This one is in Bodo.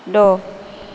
द'